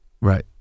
Right